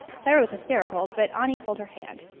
sayra was hysterical, but anie held her hand.